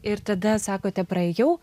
ir tada sakote praėjau